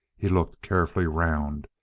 he looked carefully round,